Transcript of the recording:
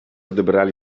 odebrali